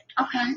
Okay